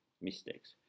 mistakes